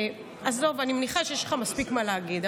אני מניחה שיש לך מספיק מה להגיד,